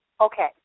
Okay